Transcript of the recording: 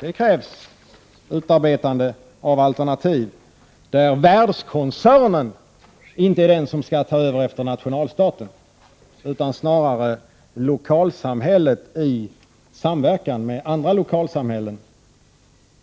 Det kräver utarbetande av alternativ där världskoncernen inte är den som skall ta över efter nationalstaten. Det skall snarare göras av lokalsamhällen i samverkan med andra lokalsamhällen